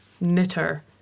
knitter